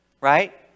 Right